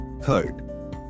Third